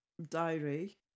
diary